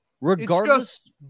Regardless